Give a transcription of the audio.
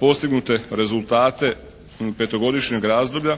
postignute rezultate petogodišnjeg razdoblja